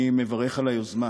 אני מברך על היוזמה